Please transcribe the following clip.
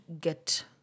get